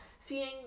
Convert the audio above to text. seeing